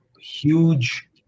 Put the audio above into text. huge